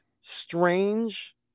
strange